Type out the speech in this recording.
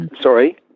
Sorry